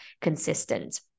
consistent